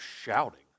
shouting